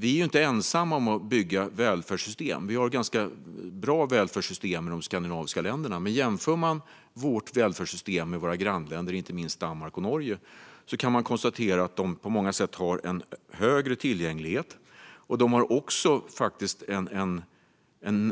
Vi är inte ensamma om att bygga välfärdssystem. Vi har ganska bra välfärdssystem i de skandinaviska länderna, men jämför man vårt välfärdssystem med våra grannländer, inte minst Danmark och Norge, kan man konstatera att de på många sätt har en större tillgänglighet och faktiskt också en